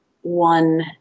one